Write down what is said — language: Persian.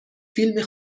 فیلم